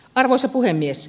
arvoisa puhemies